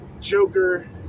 Joker